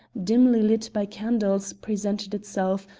dimly lit by candles, presented itself,